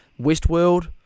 Westworld